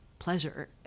pleasure